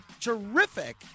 terrific